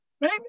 right